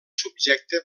subjecte